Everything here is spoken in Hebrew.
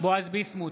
בועז ביסמוט,